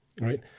right